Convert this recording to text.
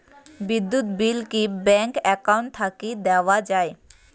বিদ্যুৎ বিল কি bank account থাকি দেওয়া য়ায়?